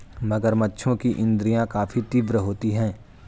मगरमच्छों की इंद्रियाँ काफी तीव्र होती हैं